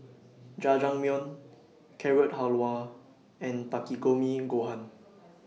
Jajangmyeon Carrot Halwa and Takikomi Gohan